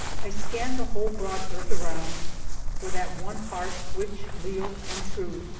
i scan the whole broad earth around for that one heart which, leal and true,